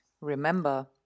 Remember